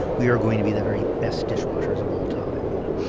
we are going to be the very best dishwashers of all time. you know,